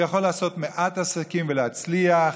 הוא יכול לעשות מעט עסקים ולהצליח.